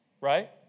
right